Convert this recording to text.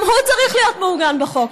גם הוא צריך להיות מעוגן בחוק.